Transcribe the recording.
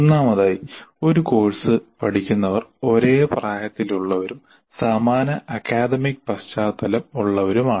ഒന്നാമതായി ഒരു കോഴ്സ് പഠിക്കുന്നവർ ഒരേ പ്രായത്തിലുള്ളവരും സമാന അക്കാദമിക് പശ്ചാത്തലമുള്ളവരുമാണ്